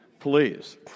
please